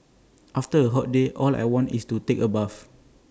after A hot day all I want to do is take A bath